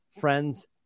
friends